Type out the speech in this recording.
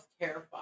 terrified